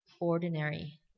ordinary